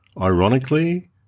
Ironically